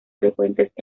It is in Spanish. frecuentes